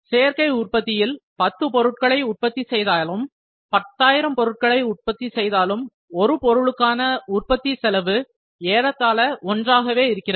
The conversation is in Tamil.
சேர்க்கை உற்பத்தியில் பத்து பொருட்களை உற்பத்தி செய்தாலும் 10000 பொருட்களை உற்பத்தி செய்தாலும் ஒரு பொருளுக்கான உற்பத்தி செலவு ஏறத்தாழ ஒன்றாகவே இருக்கிறது